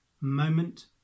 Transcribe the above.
moment